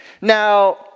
Now